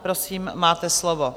Prosím, máte slovo.